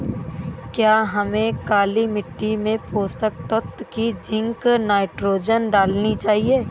क्या हमें काली मिट्टी में पोषक तत्व की जिंक नाइट्रोजन डालनी चाहिए?